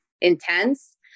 intense